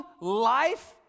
life